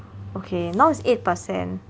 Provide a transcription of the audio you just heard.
okay now is eight percent